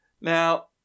Now